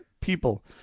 people